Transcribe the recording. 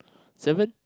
seven